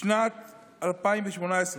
בשנת 2018,